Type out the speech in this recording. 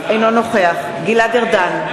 אינו נוכח גלעד ארדן,